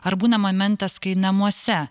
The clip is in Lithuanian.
ar būna mamentas kai namuose